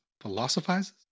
Philosophizes